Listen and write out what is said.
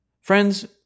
Friends